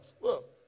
Look